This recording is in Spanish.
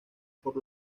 por